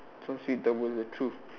don't speak double the truth